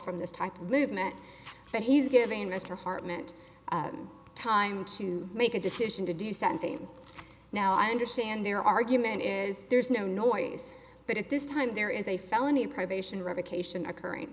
from this type of movement but he's giving mr hartman time to make a decision to do something now i understand their argument is there's no noise but at this time there is a felony probation revocation occurring